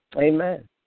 Amen